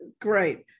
great